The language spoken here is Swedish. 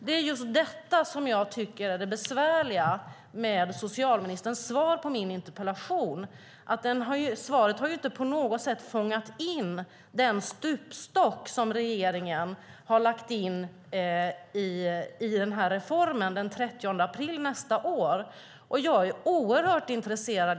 Det är just detta som jag tycker är det besvärliga med socialministerns svar på min interpellation: Svaret har inte på något sätt fångat in den stupstock som regeringen har lagt in i reformen den 30 april nästa år. Jag är oerhört intresserad av detta.